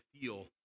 feel